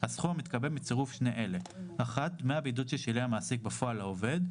הסכום המתקבל מצירוף שני אלה: (1)דמי הבידוד ששילם המעסיק בפועל לעובד.